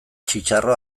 txitxarro